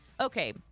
Okay